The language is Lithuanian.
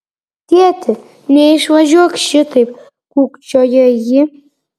tėti neišvažiuok šitaip kūkčiojo ji